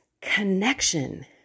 connection